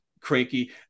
cranky